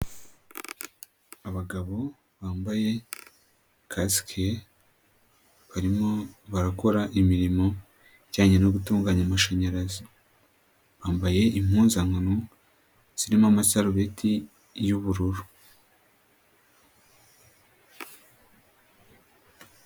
Abagabo bambaye kasike, barimo barakora imirimo ijyanye no gutunganya amashanyarazi. Bambaye impuzankano, zirimo amasarubeti y'ubururu.